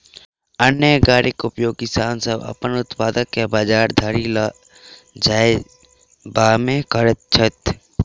अन्न गाड़ीक उपयोग किसान सभ अपन उत्पाद के बजार धरि ल जायबामे करैत छथि